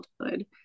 childhood